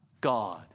God